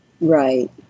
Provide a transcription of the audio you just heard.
Right